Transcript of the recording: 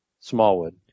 Smallwood